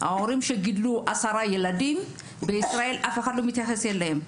הורים שגידלו עשרה ילדים בישראל אף אחד לא מתייחס אליהם,